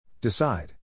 Decide